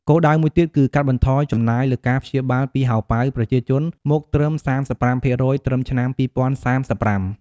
គោលដៅមួយទៀតគឺកាត់បន្ថយចំណាយលើការព្យាបាលពីហោប៉ៅប្រជាជនមកត្រឹម៣៥% ត្រឹមឆ្នាំ២០៣៥។